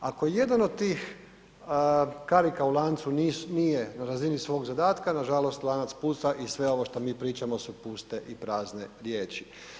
Ako jedan od tih karika u lancu nije na razini svoj zadatka nažalost lanac puca i sve ovo što mi pričamo su puste i prazne riječi.